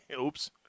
Oops